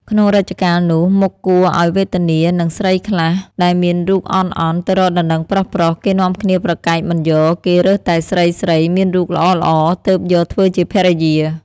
ក្នុងរជ្ជកាលនោះមុខគួរឲ្យវេទនានឹងស្រីខ្លះ ដែលមានរូបអន់ៗទៅរកដណ្តឹងប្រុសៗ គេនាំគ្នាប្រកែកមិនយក គេរើសតែស្រីៗមានរូបល្អៗ ទើបយកធ្វើជាភរិយា។